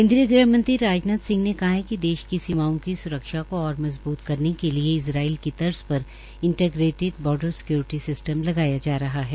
केन्द्रीय गृह मंत्री राजनाथ सिंह ने कहा है कि देश की सीमाओं की स्रक्षा को और मजबूत करने के लिए इज़राईल की तर्ज पर इंटिग्रेटिड बार्डर सिकयोरिटी सिस्टम की लगाया जा रहा है